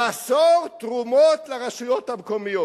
לאסור תרומות לרשויות המקומיות.